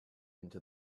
into